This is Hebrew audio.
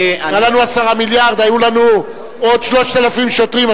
אם היו לנו 10 מיליארד, היו לנו עוד 3,000 שוטרים.